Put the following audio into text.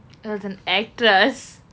it was an actress